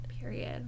Period